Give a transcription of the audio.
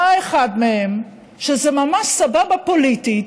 ראה אחד מהם שזה ממש סבבה פוליטית